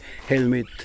helmet